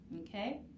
okay